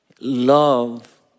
love